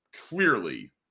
clearly